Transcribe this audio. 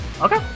Okay